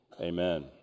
amen